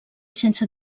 sense